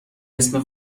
اسم